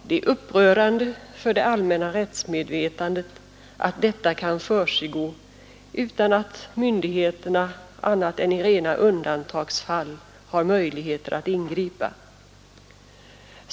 Det är upprörande för det allmänna rättsmedvetandet att detta kan försiggå utan att myndigheterna, annat än i rena undantagsfall, har möjligheter att ingripa.